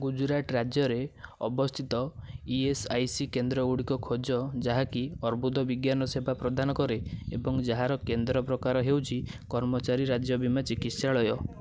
ଗୁଜୁରାଟ ରାଜ୍ୟରେ ଅବସ୍ଥିତ E S I C କେନ୍ଦ୍ର ଗୁଡ଼ିକ ଖୋଜ ଯାହାକି ଅର୍ବୁଦବିଜ୍ଞାନ ସେବା ପ୍ରଦାନ କରେ ଏବଂ ଯାହାର କେନ୍ଦ୍ର ପ୍ରକାର ହେଉଛି କର୍ମଚାରୀ ରାଜ୍ୟ ବୀମା ଚିକିତ୍ସାଳୟ